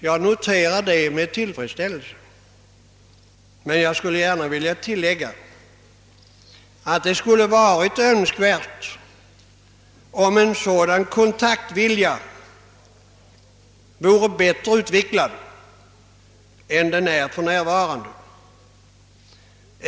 Jag noterar det med tillfredsställelse, men jag skulle gärna vilja tilllägga, att man skulle önska, att en sådan kontaktvilja vore bättre utvecklad än den är för närvarande.